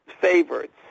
favorites